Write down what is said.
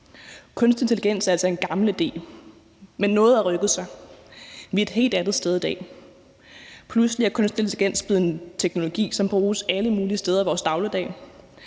Kunstig intelligens er altså en gammel idé, men noget har rykket sig. Vi er et helt andet sted i dag. Pludselig er kunstig intelligens blevet en teknologi, som bruges alle mulige steder i vores dagligdag,